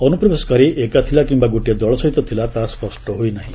ଅନୁପ୍ରବେଶକାରୀ ଏକାଥିଲା କିମ୍ବା ଗୋଟିଏ ଦଳ ସହିତ ଥିଲା ତାହା ସ୍ୱଷ୍ଟ ହୋଇନାହିଁ